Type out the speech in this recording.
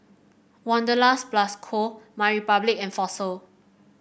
Wanderlust Plus Co MyRepublic and Fossil